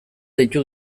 deitu